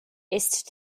ist